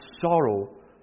sorrow